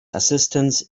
assistance